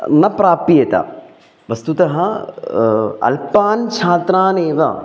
न प्राप्यते वस्तुतः अल्पान् छात्रान् एव